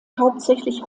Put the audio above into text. hauptsächlich